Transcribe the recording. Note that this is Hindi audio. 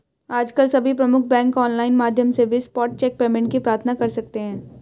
आजकल सभी प्रमुख बैंक ऑनलाइन माध्यम से भी स्पॉट चेक पेमेंट की प्रार्थना कर सकते है